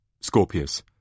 Scorpius